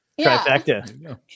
Trifecta